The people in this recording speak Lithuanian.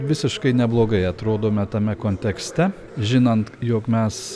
visiškai neblogai atrodome tame kontekste žinant jog mes